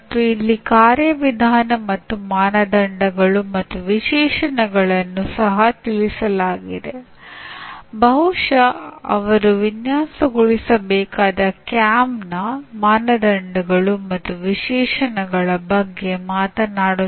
ಇದು ಸ್ಪಷ್ಟ ಮಾರ್ಗದರ್ಶನವನ್ನು ನೀಡುವ ಮೂಲಕ ಹೇಗೆ ಉತ್ತಮವಾಗಿ ಜನರಿಗೆ ಕಲಿಯಲು ಮತ್ತು ಅಭಿವೃದ್ಧಿಪಡಿಸಲು ಸಹಾಯ ಮಾಡಬಹುದೆಂದು ಹೇಳುವ ಸಿದ್ಧಾಂತವಾಗಿದೆ